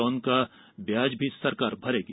loan का ब्याज भी सरकार भरेगी